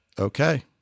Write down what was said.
Okay